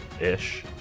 ish